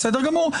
בסדר גמור.